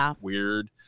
weird